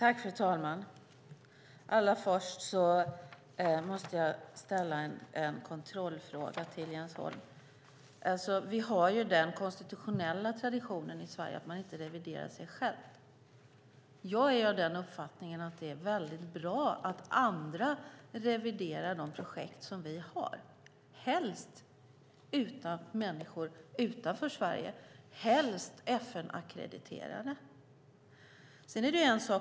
Fru talman! Jag måste ställa en kontrollfråga till Jens Holm. Vi har ju den konstitutionella traditionen i Sverige att man inte reviderar sig själv. Jag är av den uppfattningen att det är bra att andra reviderar våra projekt, helst människor utanför Sverige och helst FN-ackrediterade.